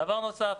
דבר נוסף,